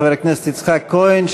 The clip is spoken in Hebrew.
חבר הכנסת יצחק כהן,